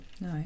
No